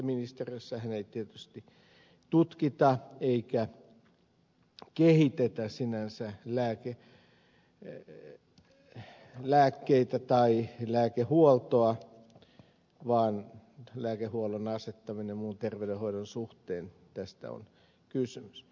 ministeriössähän ei tietysti tutkita eikä kehitetä sinänsä lääkkeitä tai lääkehuoltoa vaan lääkehuollon asettamisesta muun terveydenhoidon suhteen on kysymys